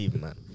man